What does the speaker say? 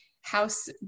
house